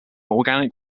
organic